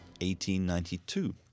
1892